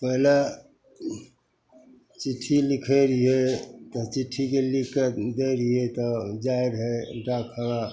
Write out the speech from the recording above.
पहिले चिट्ठी लिखै रहिए तऽ चिट्ठीके लिखिके दै रहिए तऽ जाइ रहै डाकखाना